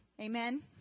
Amen